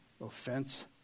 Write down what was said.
offense